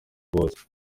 bose